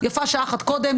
יפה שעה אחת קודם,